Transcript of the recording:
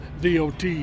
DOT